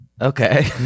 Okay